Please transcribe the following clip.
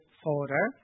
folder